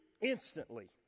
instantly